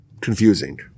confusing